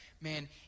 man